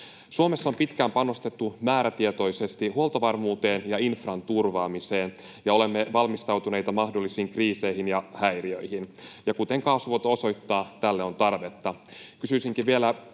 Suomessa on pitkään panostettu määrätietoisesti huoltovarmuuteen ja infran turvaamiseen, ja olemme valmistautuneita mahdollisiin kriiseihin ja häiriöihin. Ja kuten kaasuvuoto osoittaa, tälle on tarvetta.